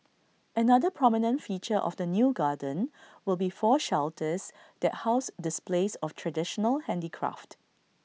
another prominent feature of the new garden will be four shelters that house displays of traditional handicraft